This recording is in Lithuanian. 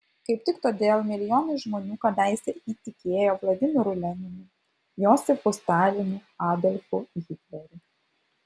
kaip tik todėl milijonai žmonių kadaise įtikėjo vladimiru leninu josifu stalinu adolfu hitleriu